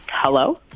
Hello